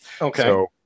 Okay